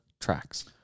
tracks